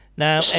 Now